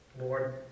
Lord